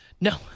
No